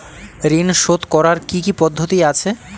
ঋন শোধ করার কি কি পদ্ধতি আছে?